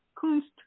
kunst